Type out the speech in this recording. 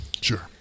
Sure